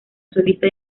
solista